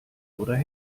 oder